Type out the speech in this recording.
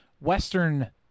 Western